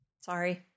sorry